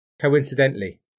Coincidentally